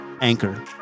Anchor